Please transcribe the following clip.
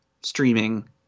streaming